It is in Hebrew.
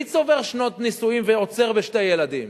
מי צובר שנות נישואים ועוצר בשני ילדים,